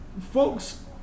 folks